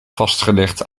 vastgelegd